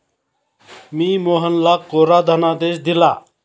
मी मोहनला कोरा धनादेश दिला